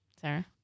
Sarah